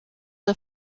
een